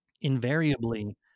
Invariably